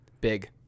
Big